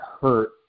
hurt